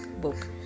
book